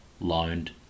loaned